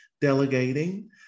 delegating